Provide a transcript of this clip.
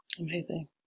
Amazing